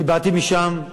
אני באתי משם,